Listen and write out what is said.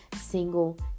single